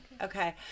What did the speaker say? Okay